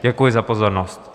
Děkuji za pozornost.